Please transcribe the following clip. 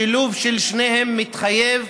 השילוב של שתיהן מתחייב.